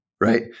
right